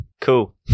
cool